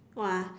!wah!